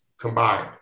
combined